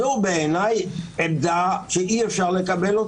זו בעיניי עמדה שאי-אפשר לקבל,